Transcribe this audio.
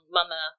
Mama